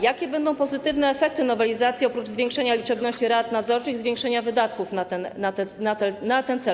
Jakie będą pozytywne efekty nowelizacji oprócz zwiększenia liczebności rad nadzorczych i zwiększenia wydatków na ten cel?